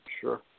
Sure